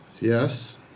Yes